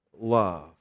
love